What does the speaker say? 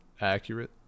accurate